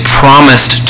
promised